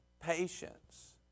patience